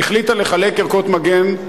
החליטה לחלק ערכות מגן,